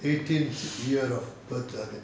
the eighteenth year of birth அது:athu